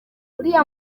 uriya